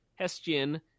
Hestian